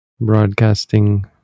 broadcasting